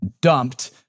dumped